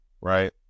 right